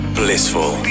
blissful